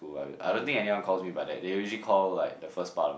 I don't think anyone calls me by that they usually call like the first part of